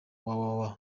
www